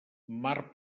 mar